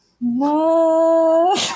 no